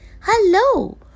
Hello